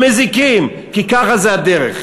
הם מזיקים כי ככה זה הדרך.